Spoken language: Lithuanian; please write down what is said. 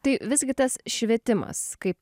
tai visgi tas švietimas kaip